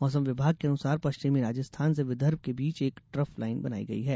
मौसम विभाग के अनुसार पश्चिमी राजस्थान से विदर्भ के बीच एक ट्रफ लाइन बनी हई है